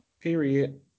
Period